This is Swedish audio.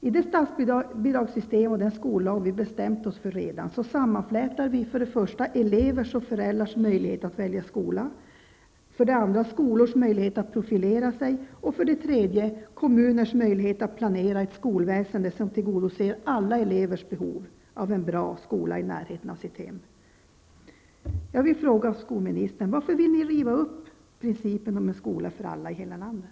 I det statsbidragssystem och den skola vi redan har bestämt oss för, sammanflätar vi elevernas och föräldrarnas möjligheter att välja skola, skolornas möjligheter att profilera sig och kommunernas möjlighet att planera ett skolväsende som tillgodoser alla elevers behov av en bra skola i närheten av sitt hem. Jag vill fråga skolministern: Varför vill ni riva upp principen om en skola för alla i hela landet?